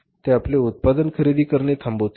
ते आपले उत्पादन खरेदी करणे थांबवतील